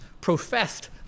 professed